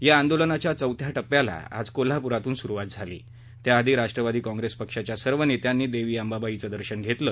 या आंदोलनाच्या चौथ्या टप्प्याला आज कोल्हापूरातून सुरुवात झाली त्याआधी राष्ट्रवादी काँप्रेस पक्षाच्या सर्व नेत्यांनी देवी अंबाबाईचं दर्शन घेतलं